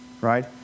right